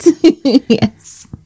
Yes